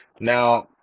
now